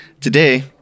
Today